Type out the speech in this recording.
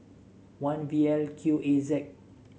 one V L Q A Z